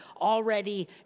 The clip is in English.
already